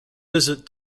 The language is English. visit